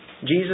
Jesus